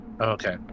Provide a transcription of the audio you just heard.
Okay